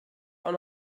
auch